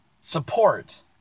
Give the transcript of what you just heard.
support